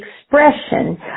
expression